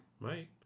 Right